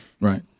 Right